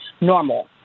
normal